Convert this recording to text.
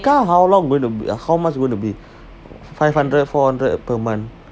car how long going to uh how much it gonna be five hundred four hundred per month